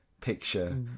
picture